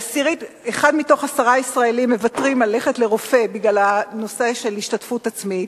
אחד מתוך עשרה ישראלים מוותר על ביקור אצל רופא בגלל ההשתתפות העצמית.